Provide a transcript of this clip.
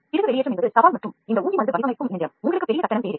அனைத்து ஊசி வடிவமைப்பு இயந்திரத்திற்கும் பெரிய கட்டணம் தேவை